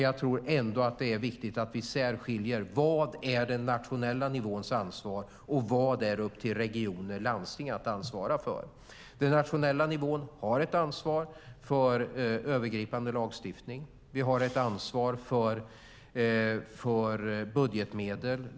Jag tror ändå att det är viktigt att vi särskiljer vad som är den nationella nivåns ansvar och vad som är upp till regioner och landsting att ansvara för. Den nationella nivån har ett ansvar för övergripande lagstiftning. Vi har ett ansvar för budgetmedel.